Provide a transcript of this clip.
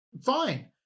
fine